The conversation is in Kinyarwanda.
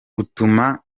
utuma